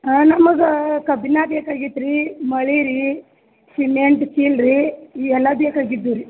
ಹಾಂ ನಮಗ ಕಬ್ಬಿನ ಬೇಕಾಗಿತ್ತು ರೀ ಮಳೆ ರೀ ಸಿಮೆಂಟ್ ಚೀಲ ರೀ ಈ ಎಲ್ಲ ಬೇಕಾಗಿದ್ದು ರೀ